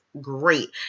great